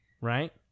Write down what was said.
right